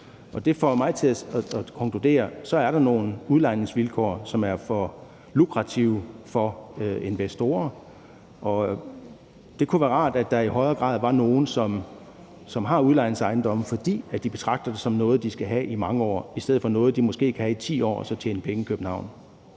Det får mig til at konkludere, at så er der nogle udlejningsvilkår, som er for lukrative for investorer. Og det kunne være rart, at der i højere grad var nogle, som har udlejningsejendomme, fordi de betragter det som noget, de skal have i mange år, i stedet for noget, de måske kan have i København